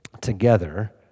together